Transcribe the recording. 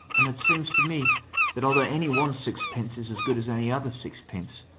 and it seems to me that although any one sixpence is as good as any other sixpence,